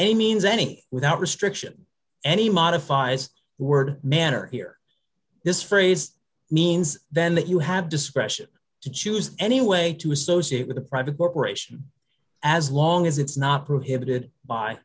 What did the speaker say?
any means anything without restriction any modifies word manner here this phrase means then that you have discretion to choose any way to associate with a private corporation as long as it's not prohibited by